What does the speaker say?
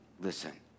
listen